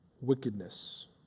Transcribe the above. wickedness